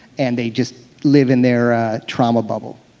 and they just live in their trauma bubble.